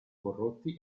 corrotti